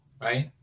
right